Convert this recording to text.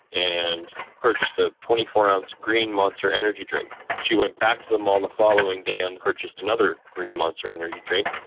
and purchased a twenty four ounce green monster energy drink. she went back to the mall the following day and purchased another green monster energy drink.